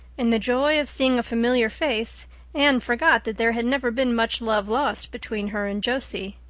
in the joy of seeing a familiar face anne forgot that there had never been much love lost between her and josie.